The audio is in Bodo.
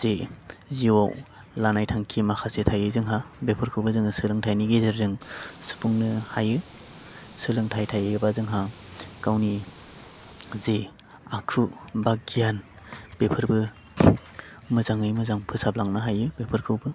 जे जिउआव लानाय थांखि माखासे थायो जोंहा बेफोरखौबो जोङो सोलोंथाइनि गेजेरजों सुफुंनो हायो सोलोंथाइ थायोबा जोंहा गावनि जे आखु बा गियान बेफोरबो मोजाङै मोजां फोसाबलांनो हायो बेफोरखौबो